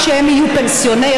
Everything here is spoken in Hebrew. כשהם יהיו פנסיונרים,